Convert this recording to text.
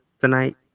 tonight